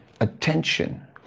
attention